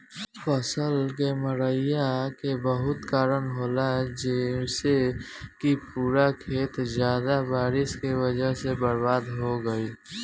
फसल के मरईला के बहुत कारन होला जइसे कि पूरा खेत ज्यादा बारिश के वजह से बर्बाद हो गईल